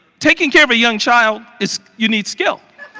taking care of a young child is, you need skill.